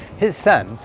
his son,